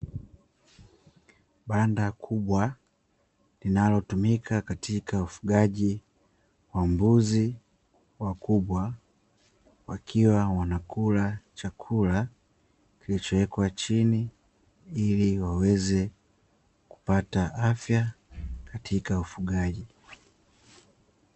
Banda kubwa linalotumika katika ufugaji wa mbuzi wakubwa wakiwa wanakula chakula kilichowekwa chini ili waweze kupata afya katika ufugaji.